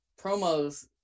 promos